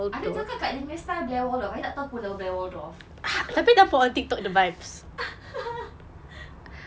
ada cakap kak punya style blair waldorf I tak tahu pun blair waldorf